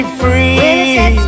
free